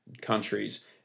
countries